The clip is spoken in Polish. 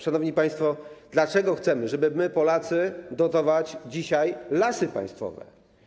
Szanowni państwo, dlaczego chcemy, żeby Polacy dotowali dzisiaj Lasy Państwowe?